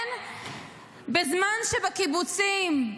בזמן שבקיבוצים,